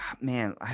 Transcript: man